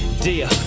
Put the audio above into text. Dear